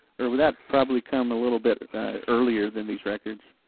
or would that probably come a little bit earlier than these records?